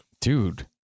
Dude